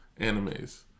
animes